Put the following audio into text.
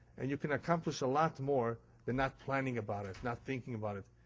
and you can accomplish a lot more than not planning about it, not thinking about it.